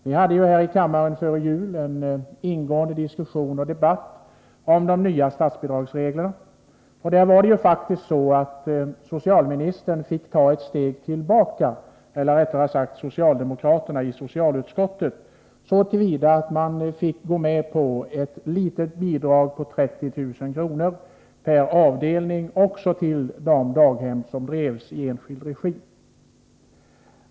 Vi förde före jul en ingående diskussion här i kammaren om de nya statsbidragsreglerna, där socialdemokraterna i socialutskottet hade fått ta ett steg tillbaka genom att de tvingades gå med på ett litet bidrag på 30000 kr. per avdelning också till de daghem som drivs i enskild regi.